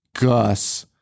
Gus